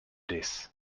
this